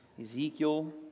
Ezekiel